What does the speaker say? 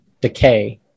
decay